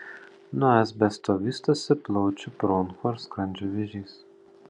nuo asbesto vystosi plaučių bronchų ar skrandžio vėžys